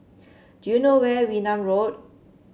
do you know where Wee Nam Road